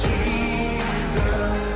Jesus